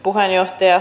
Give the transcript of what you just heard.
puheenjohtaja